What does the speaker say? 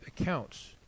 accounts